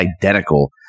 identical